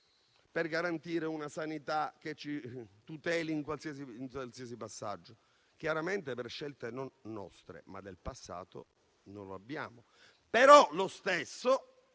per garantire una sanità che ci tuteli in qualsiasi passaggio. Tuttavia, per scelte non nostre ma del passato, non le abbiamo. Nonostante